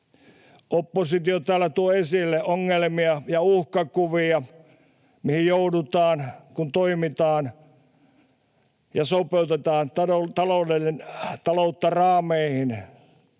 Oppositio täällä tuo esille ongelmia ja uhkakuvia, mihin joudutaan, kun toimitaan ja sopeutetaan taloutta raameihin.